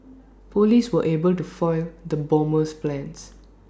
Police were able to foil the bomber's plans